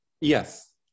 Yes